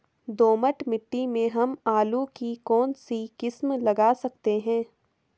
दोमट मिट्टी में हम आलू की कौन सी किस्म लगा सकते हैं?